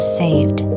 saved